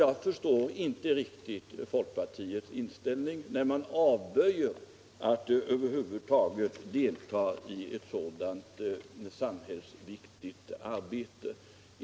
Jag förstår därför inte riktigt folkpartiets inställning, när man där avböjer att över huvud taget delta i ett sådant samhällsviktigt arbete.